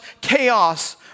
chaos